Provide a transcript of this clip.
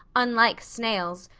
unlike snails,